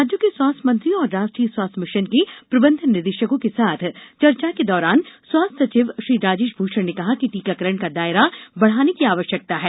राज्यों के स्वास्थ्य मंत्रियों और राष्ट्रीय स्वास्थ्य मिशन के प्रबंध निदेशकों के साथ चर्चा के दौरान स्वास्थ्य सचिव राजेश भूषण ने कहा कि टीकाकरण का दायरा बढाने की आवश्यकता है